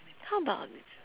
how about